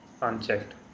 unchecked